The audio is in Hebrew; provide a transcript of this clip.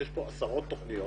יש כאן עשרות תוכניות